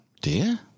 dear